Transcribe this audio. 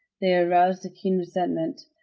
they aroused a keen resentment.